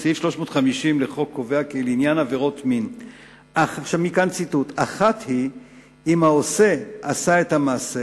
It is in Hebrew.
סעיף 350 לחוק קובע לעניין עבירות מין: "אחת היא אם העושה עשה את המעשה